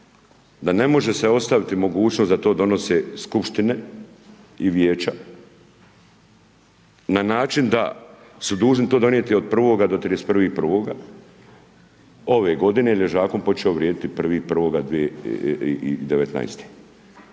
da ne može se ostaviti mogućnost da to donose skupštine i vijeća na način da su dužni to donijeti od 1. do 31.1. ove godine jer je zakon počeo vrijediti 1.1.2019.